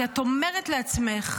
כי את אומרת לעצמך